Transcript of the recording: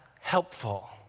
helpful